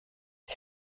ich